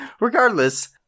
Regardless